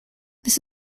this